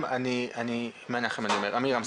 עמירם,